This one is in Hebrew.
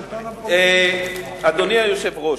השלטון המקומי, אדוני היושב-ראש,